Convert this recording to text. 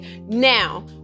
Now